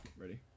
Ready